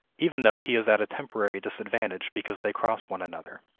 even though he is at a temporary disadvantage because they cross one another.